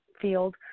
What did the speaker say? field